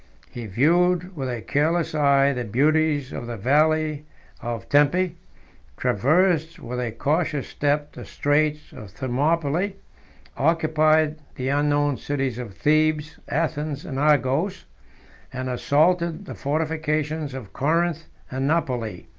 he viewed with a careless eye the beauties of the valley of tempe traversed with a cautious step the straits of thermopylae occupied the unknown cities of thebes, athens, and argos and assaulted the fortifications of corinth and napoli,